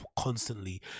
constantly